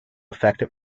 affected